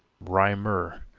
rimer,